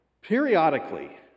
Periodically